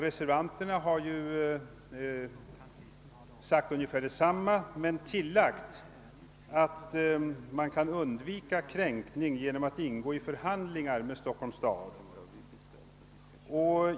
Reservanterna har yttrat sig på ungefär liknande sätt men har tillagt att man kan undvika kränkning av monopolet genom att sedan uppta förhandlingar med Stockholms stad.